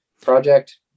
Project